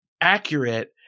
accurate